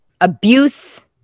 abuse